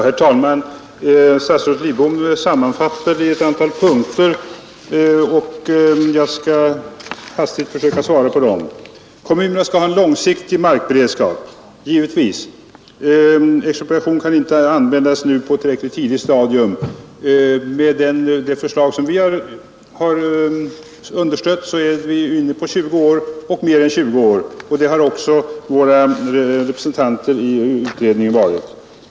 Herr talman! Statsrådet Lidbom gjorde en sammanfattning i ett antal punkter, och jag skall försöka att hastigt kommentera dem. För det första skall kommunerna ha en långsiktig markberedskap. Givetvis. Expropriation kan inte nu användas på ett tillräckligt tidigt stadium. Med det förslag som vi har understött är vi inne på 20 år och mer än 20 år, och det har också våra representanter i utredningen varit.